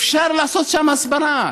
אפשר לעשות שם הסברה.